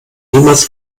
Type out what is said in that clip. niemals